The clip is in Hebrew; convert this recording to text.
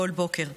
כל בוקר.